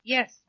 Yes